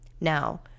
Now